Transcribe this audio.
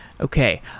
Okay